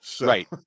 Right